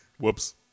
whoops